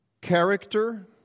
Character